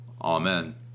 amen